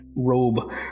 Robe